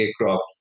aircraft